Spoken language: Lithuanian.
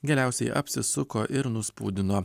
galiausiai apsisuko ir nuspūdino